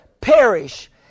perish